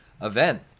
event